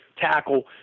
tackle